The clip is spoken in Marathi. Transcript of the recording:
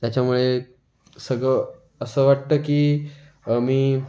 त्याच्यामुळे सगळं असं वाटतं की मी